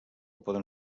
poden